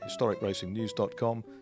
historicracingnews.com